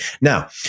Now